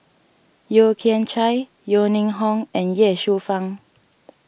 Yeo Kian Chai Yeo Ning Hong and Ye Shufang